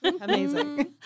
Amazing